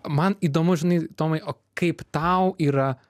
man įdomu žinai tomai o kaip tau yra